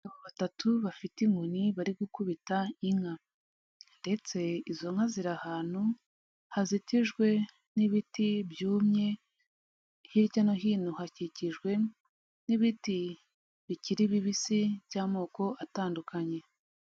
Abagabo batatu bafite inkoni bari gukubita inka ndetse izo nka ziri ahantu hazitijwe n'ibiti byumye, hirya no hino hakikijwe n'ibiti bikiri bibisi by'amoko atandukanye.